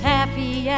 happy